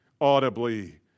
audibly